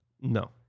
No